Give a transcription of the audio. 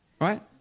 right